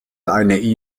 eine